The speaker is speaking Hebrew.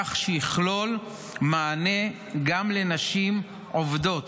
כך שיכלול מענה גם לנשים עובדות,